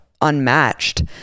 unmatched